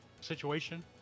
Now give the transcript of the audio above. situation